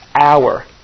hour